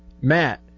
Matt